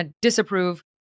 disapprove